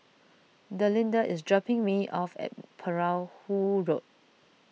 Delinda is dropping me off at Perahu Road